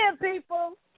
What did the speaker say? people